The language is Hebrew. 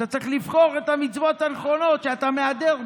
אתה צריך לבחור את המצוות הנכונות שאתה מהדר בהן.